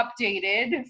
updated